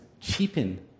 cheapen